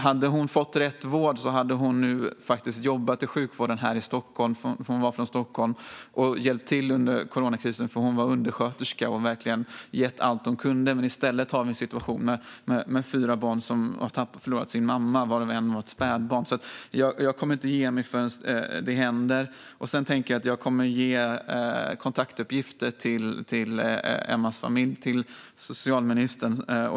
Hade hon fått rätt vård hade hon nu jobbat i sjukvården här i Stockholm som undersköterska, hjälpt till under coronakrisen och gett allt hon kunnat. I stället har vi en situation med fyra barn, varav ett spädbarn, som har förlorat sin mamma. Jag kommer inte att ge mig förrän det händer. Jag kommer att ge socialministern kontaktuppgifter till Emmas familj.